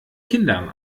kindern